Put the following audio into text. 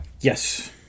Yes